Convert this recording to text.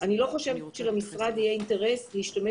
אני לא חושבת שלמשרד יהיה אינטרס להשתמש